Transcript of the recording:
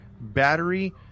battery